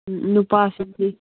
ꯎꯝ ꯅꯨꯄꯥꯁꯤꯡꯗꯤ